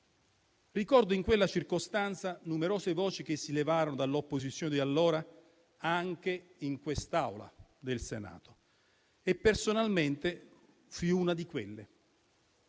Ricordo che in quella circostanza numerose voci si levarono dall'opposizione di allora anche in quest'Aula del Senato e personalmente fui una di quelle.